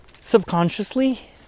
...subconsciously